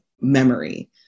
memory